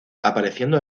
apareciendo